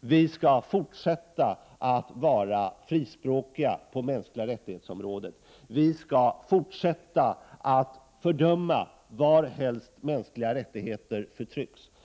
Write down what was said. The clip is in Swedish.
Vi skall fortsätta att vara frispråkiga när det gäller mänskliga rättigheter, vi skall fortsätta att fördöma närhelst mänskliga rättigheter åsidosätts.